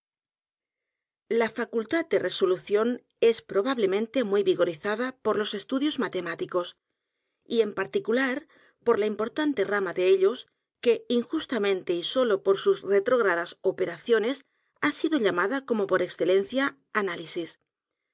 la facultad de resolución es probablemente m u y vigorizada por los estudios matemáticos y en particular por la importante rama de ellos que injustamente y sólo por sus retrógradas operaciones ha sido llamada como por excelencia análisis